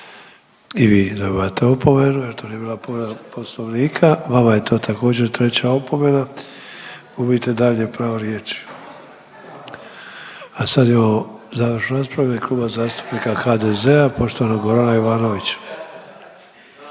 I vi dobivate opomenu jer to nije bila povreda Poslovnika. Vama je to također treća opomena gubite daljnje pravo riječi. A sad imamo završnu raspravu u ime Kluba zastupnika HDZ-a, poštovanog Gorana Ivanovića.